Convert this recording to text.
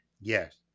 Yes